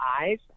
eyes